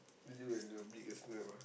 you and your big ass nap ah